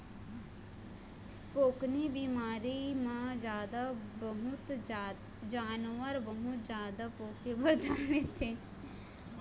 पोकनी बिमारी म जानवर बहुत जादा पोके बर धर लेथे